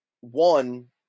one